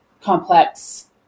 complex